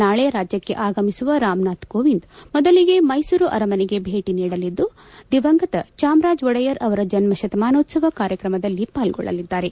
ನಾಳೆ ರಾಜ್ಯಕ್ಕ ಆಗಮಿಸುವ ರಾಮನಾಥ್ ಕೋವಿಂದ್ ಮೊದಲಿಗೆ ಮೈಸೂರು ಅರಮನೆಗೆ ಭೇಟಿ ನೀಡಲಿದ್ದುದಿವಂಗತ ಜಯಚಾಮರಾಜ ಒಡೆಯರ್ ಅವರ ಜನ್ಮ ಶತಮಾನೋತ್ಸವ ಕಾರ್ಯಕ್ರಮದಲ್ಲಿ ಪಾಲ್ಗೊಳ್ಳಲಿದ್ದಾರೆ